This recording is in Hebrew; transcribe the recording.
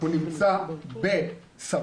הוא נמצא בסביון,